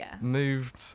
moved